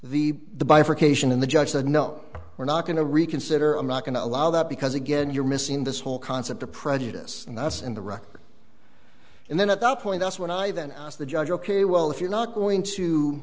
bifurcation and the judge said no we're not going to reconsider i'm not going to allow that because again you're missing this whole concept of prejudice and that's in the record and then at that point that's when i then asked the judge ok well if you're not going to